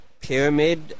Pyramid